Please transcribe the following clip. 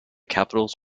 capitals